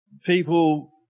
people